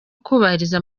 kubahiriza